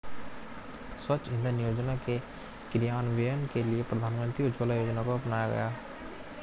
स्वच्छ इंधन योजना के क्रियान्वयन के लिए प्रधानमंत्री उज्ज्वला योजना को अपनाया गया